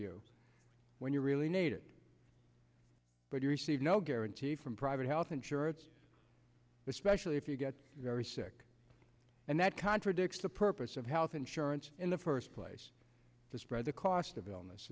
you when you really need it but you receive no guarantee from private health insurance especially if you get very sick and that contradicts the purpose of health insurance in the first place to spread the cost of illness